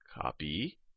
Copy